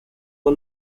the